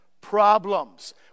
Problems